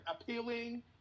appealing